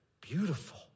beautiful